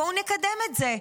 בואו נקדם את זה.